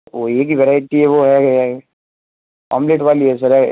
वो एक ही वैराइटी है वो है ऑमलेट वाली है सर